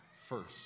first